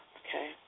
okay